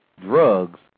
drugs